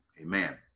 amen